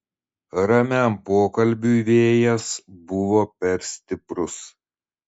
ramiam pokalbiui vėjas buvo per stiprus